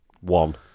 One